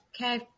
Okay